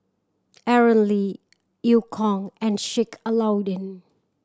Aaron Lee Eu Kong and Sheik Alau'ddin